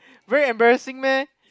very embarrassing meh